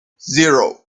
zero